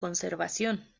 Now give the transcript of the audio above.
conservación